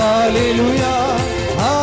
Hallelujah